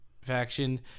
faction